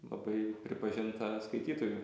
labai pripažinta skaitytojų